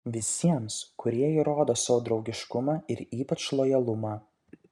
visiems kurie įrodo savo draugiškumą ir ypač lojalumą